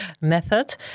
method